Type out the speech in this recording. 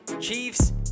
Chiefs